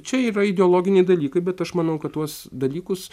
čia yra ideologiniai dalykai bet aš manau kad tuos dalykus